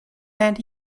and